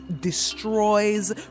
destroys